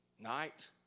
night